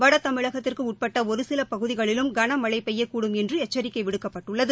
வடதமிழகத்திற்கு உட்பட்ட ஒரு சில பகுதிகளிலும் கனமழை பெய்யக்கூடும் என்று எச்சிக்கை விடுக்கப்பட்டுள்ளது